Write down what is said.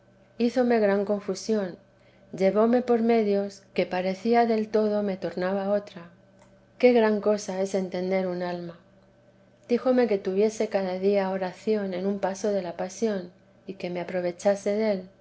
hízome gran confusión llevóme por medios que parecía del todo me tornaba otra qué gran cosa es entender un alma díjome que tuviese cada día oración en un paso de la pasión y que me aprovechase del